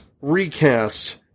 recast